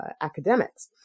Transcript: academics